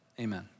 Amen